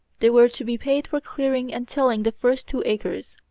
they were to be paid for clearing and tilling the first two acres.